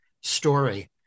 story